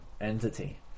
entity